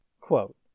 Quote